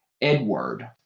Edward